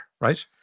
right